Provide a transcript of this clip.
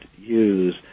use